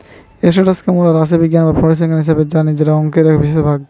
status কে মোরা রাশিবিজ্ঞান বা পরিসংখ্যান হিসেবে জানি যেটা অংকের এক বিশেষ ভাগ